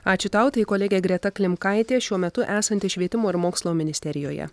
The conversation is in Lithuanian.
ačiū tau tai kolegė greta klimkaitė šiuo metu esanti švietimo ir mokslo ministerijoje